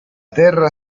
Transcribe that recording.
terra